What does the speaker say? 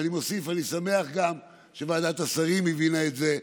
ואני מוסיף: אני שמח שגם ועדת השרים הבינה את זה,